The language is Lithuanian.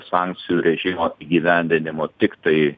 sankcijų režimo įgyvendinimo tiktai